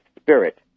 spirit